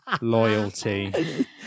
Loyalty